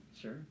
Sure